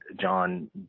john